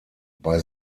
bei